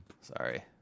sorry